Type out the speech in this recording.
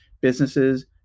businesses